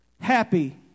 happy